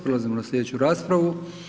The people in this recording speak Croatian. Prelazimo na sljedeću raspravu.